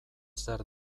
zer